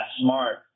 smart